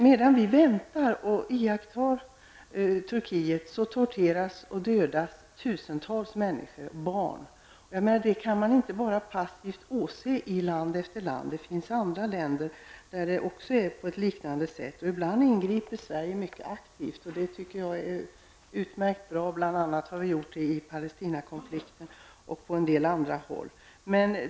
Medan vi väntar och iakttar Turkiet torteras och dödas tusentals vuxna och barn. Det kan man inte bara passivt åse i land efter land. Det finns andra länder där det är på ett liknande sätt. Ibland ingriper Sverige mycket aktivt, och det tycker jag är utmärkt. Det har vi gjort bl.a. i Palestinakonflikten och på en del andra håll.